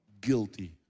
guilty